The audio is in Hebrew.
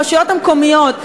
הרשויות המקומיות,